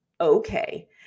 Okay